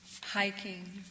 hiking